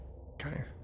okay